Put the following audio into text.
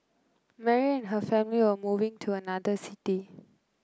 Mary her family were moving to another city